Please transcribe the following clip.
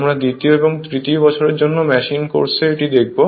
আমরা দ্বিতীয় বা তৃতীয় বছরের জন্য মেশিন কোর্সে এটি শিখব